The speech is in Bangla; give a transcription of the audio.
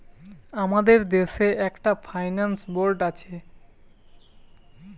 আমাদের দেশে একটা ফাইন্যান্স বোর্ড আছে